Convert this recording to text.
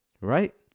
Right